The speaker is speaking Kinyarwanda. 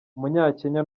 umunyakenya